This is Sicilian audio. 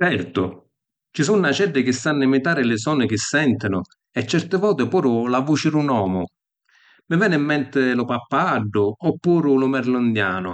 Certu, ci sunnu aceddi chi sannu imitari li soni chi sentinu e certi voti puru la vuci di un omu. Mi veni ‘n menti lu pappagaddu oppuru lu merlu indianu.